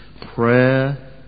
Prayer